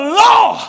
law